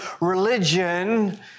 religion